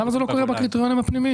למה זה לא קורה בקריטריונים הפנימיים?